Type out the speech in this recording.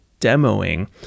demoing